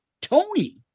Tony